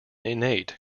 innate